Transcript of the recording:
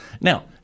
Now